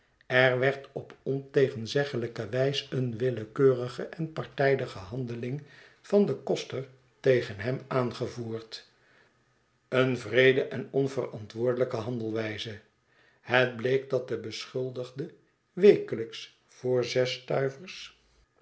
er werd op ontegenzeggelijke wijs een willekeurige en partijdige handeling van den koster tegen hem aangevoerd een wreede en onverantwoordelvjke handelwijze het bleek dat de beschuldigde wekelijks voor zes stuivers